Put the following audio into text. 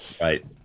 right